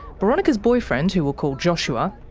boronika's boyfriend who we'll call joshua,